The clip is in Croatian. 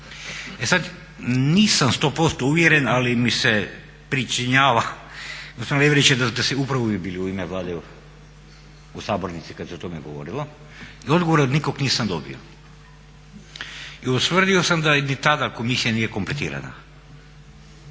E sad, nisam 100% uvjeren ali mi se pričinjava gospodin Leverić da ste upravo vi bili u ime Vlade u sabornici kad se o tome govorilo i odgovor od nikog nisam dobio i ustvrdio sam da ni tada komisija nije kompletirana.